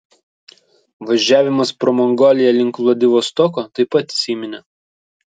važiavimas pro mongoliją link vladivostoko taip pat įsiminė